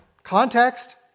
Context